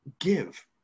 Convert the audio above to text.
give